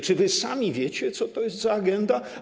Czy wy sami wiecie, co to jest za agenda?